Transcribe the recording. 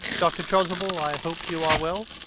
dr. chasuble, i hope you are well?